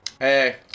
Hey